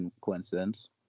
coincidence